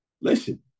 Listen